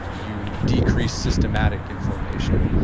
you decrease systematic inflammation.